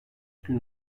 gün